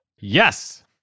Yes